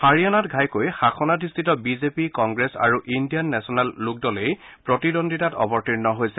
হাৰিয়ানাত ঘাইকৈ শাসনাধিষ্ঠিত বিজেপি কংগ্ৰেছ আৰু ইণ্ডিয়ান নেচনেল লোক দলেই প্ৰতিদ্বন্দ্বিতাত অৱৰ্তীণ হৈছে